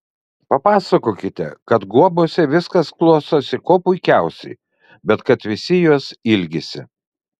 papasakokite kad guobose viskas klostosi kuo puikiausiai bet kad visi jos ilgisi